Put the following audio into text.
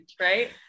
right